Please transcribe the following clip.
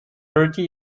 thirty